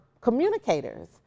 communicators